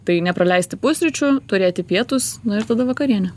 tai nepraleisti pusryčių turėti pietus nu ir tada vakarienė